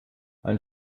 ein